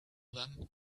then